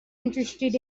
interested